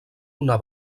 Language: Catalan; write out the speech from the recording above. una